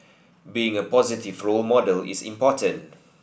being a positive role model is important